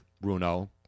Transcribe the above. Bruno